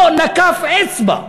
לא נקף אצבע.